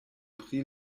pri